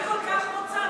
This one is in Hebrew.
אני כל כך רוצה.